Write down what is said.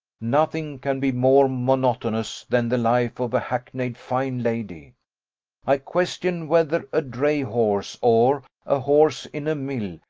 nothing can be more monotonous than the life of a hackneyed fine lady i question whether a dray-horse, or a horse in a mill,